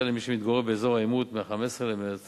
למי שמתגורר באזור העימות מ-15 במרס